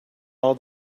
all